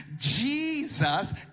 Jesus